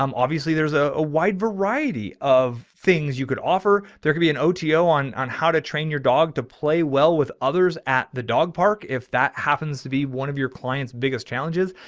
um obviously there's a wide variety of things you could offer. there could be an oto on, on how to train your dog to play well with others at the dog park. if that happens to be one of your clients' biggest challenges.